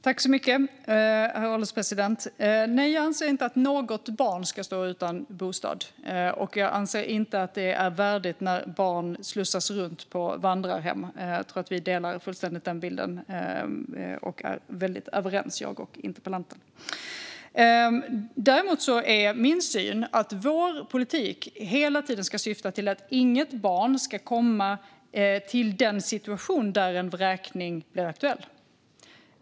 Herr ålderspresident! Nej, jag anser inte att något barn ska stå utan bostad, och jag anser inte att det är värdigt när barn slussas runt på vandrarhem. Jag tror att jag och interpellanten är helt överens här. Min syn är att vår politik hela tiden ska syfta till att inget barn ska hamna i en situation där vräkning är aktuell.